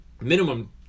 minimum